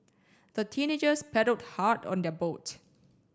the teenagers paddled hard on their boat